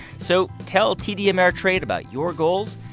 so tell td ameritrade about your goals,